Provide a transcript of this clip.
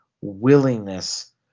willingness